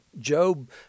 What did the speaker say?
Job